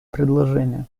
предложение